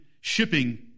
shipping